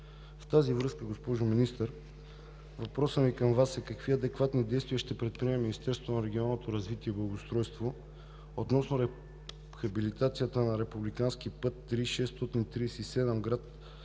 В тази връзка, госпожо Министър, въпросът ми към Вас е: какви адекватни действия ще предприеме Министерството на регионалното развитие и благоустройството относно рехабилитацията на републикански път III-637: град